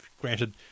granted